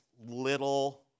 little